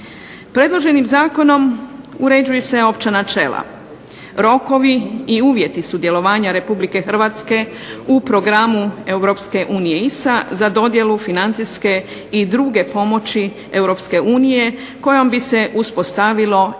Predloženim zakonom uređuju se opća načela, rokovi i uvjeti sudjelovanja Republike Hrvatske u programu Europske unije ISA za dodjelu financijske i druge pomoći Europske unije kojom bi se uspostavilo ili